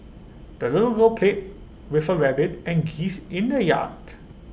the little girl played with her rabbit and geese in the yard